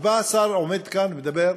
ובא השר, עומד כאן ומדבר: